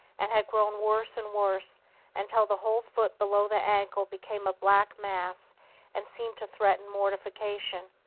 and had grown worse and worse until the whole foot below the ankle became a black mass and seemed to threaten mortification.